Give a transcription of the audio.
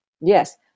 Yes